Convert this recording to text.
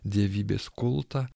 dievybės kultą